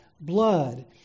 blood